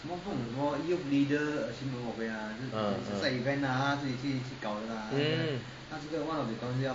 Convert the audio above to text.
uh uh mm